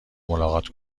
ملاقات